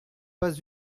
pas